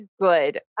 good